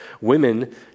Women